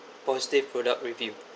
positive product review